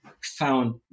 found